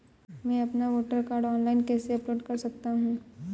मैं अपना voter card online कैसे अपलोड कर सकता हूँ?